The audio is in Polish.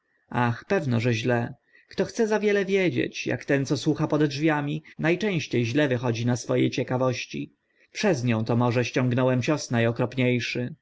ach pewno że źle kto chce za wiele widzieć ak ten co słucha pode drzwiami na częście źle wychodzi na swo e ciekawości przez nią to może ściągnąłem cios na